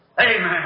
Amen